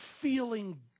feeling